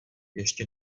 ještě